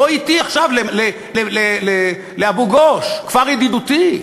בוא אתי עכשיו לאבו-גוש, כפר ידידותי.